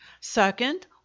second